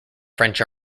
french